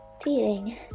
dating